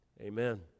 amen